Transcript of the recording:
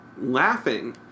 laughing